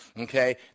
okay